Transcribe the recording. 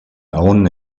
own